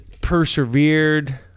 persevered